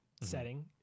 setting